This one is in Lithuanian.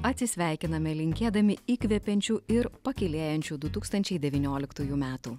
atsisveikiname linkėdami įkvepiančių ir pakylėjančių du tūkstančiai devynioliktųjų metų